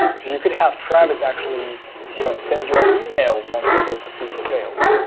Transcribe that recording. so you could have travis actually you know send you an email once the build succeeds or fails,